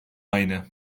aynı